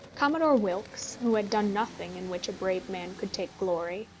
commodore wilkes, who had done nothing in which a brave man could take glory,